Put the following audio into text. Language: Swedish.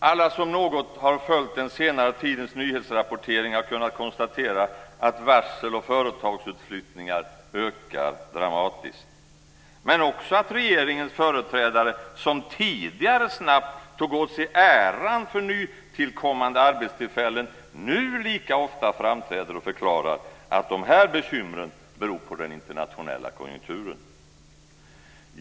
Alla som något har följt den senare tidens nyhetsrapportering har kunnat konstatera att varsel och företagsutflyttningar ökar dramatiskt, men också att regeringens företrädare som tidigare snabbt tog åt sig äran för nytillkommande arbetstillfällen nu lika ofta framträder och förklarar att bekymren beror på den internationella konjunkturen.